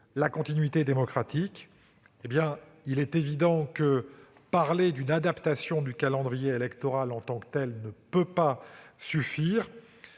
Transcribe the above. la continuité démocratique, il est évident que parler d'une adaptation du calendrier électoral, en tant que telle, ne peut suffire.